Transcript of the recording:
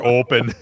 open